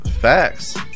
Facts